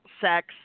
sex